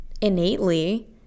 innately